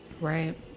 Right